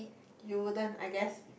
you wouldn't I guess